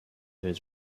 his